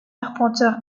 arpenteur